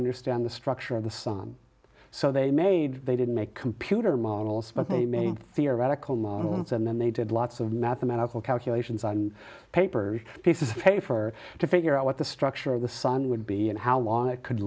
understand the structure of the sun so they made they didn't make computer models but they made theoretical mones and then they did lots of mathematical calculations on paper pieces of paper to figure out what the structure of the sun would be and how long it could